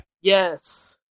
Yes